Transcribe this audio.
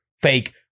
fake